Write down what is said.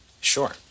Sure